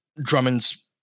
Drummond's